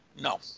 no